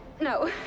No